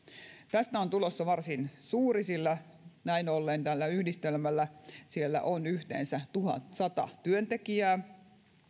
tästä on tulossa varsin suuri sillä näin ollen tällä yhdistelmällä siellä on yhteensä tuhatsata työntekijää